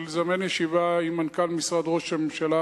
זה לזמן ישיבה עם מנכ"ל משרד ראש הממשלה